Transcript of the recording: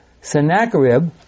Sennacherib